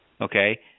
Okay